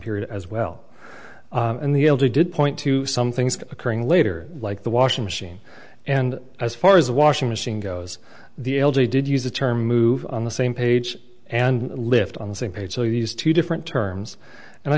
period as well and the elder did point to some things occurring later like the washing machine and as far as the washing machine goes the l g did use the term move on the same page and lived on the same page so these two different terms and i